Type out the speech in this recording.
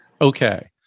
Okay